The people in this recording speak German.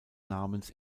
namens